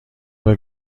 برای